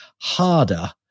harder